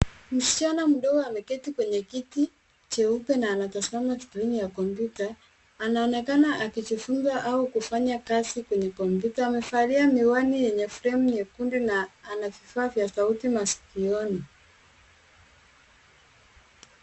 Msichana mdogo ameketi kwenye kiti cheupe na anatazama skrini ya kompyuta. Anaonekana akijifunza au kufanya kazi kwenye kompyuta. Amevalia miwani yenye fremu nyekundu na ana vifaa vya sauti maskioni.